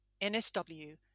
nsw